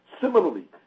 Similarly